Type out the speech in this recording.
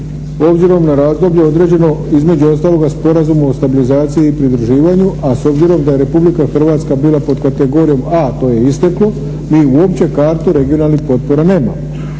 obzirom na razdoblje određeno između ostaloga Sporazumom o stabilizaciji i pridruživanju. A s obzirom da je Republika Hrvatska bila pod kategorijom A to je isteklo mi uopće kartu regionalnih potpora nemamo.